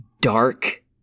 dark